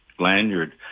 Lanyard